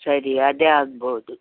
ಸರಿ ಅದೆ ಆಗ್ಬೋದು